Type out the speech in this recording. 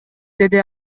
деди